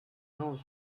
knows